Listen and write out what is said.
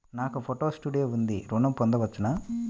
నాకు photo studio ఉంది ఋణం పొంద వచ్చునా?